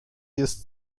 ist